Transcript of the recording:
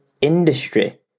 industry